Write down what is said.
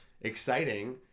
exciting